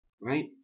right